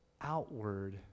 outward